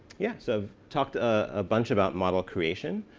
yeah, so talk to a bunch about model creation.